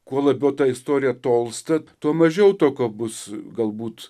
kuo labiau ta istorija tolsta tuo mažiau tokio bus galbūt